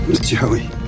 Joey